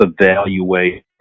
evaluate